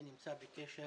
אני נמצא בקשר